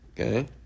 okay